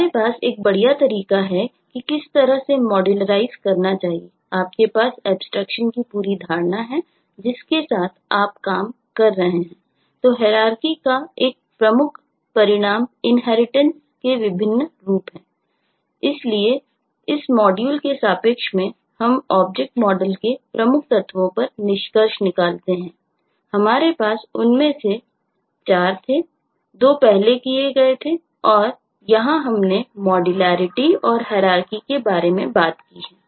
हमारे पास एक बढ़िया तरीका है कि किस तरह से मॉड्यूलराइस के बारे में बात की है